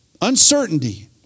uncertainty